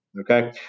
Okay